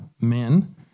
men